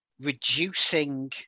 reducing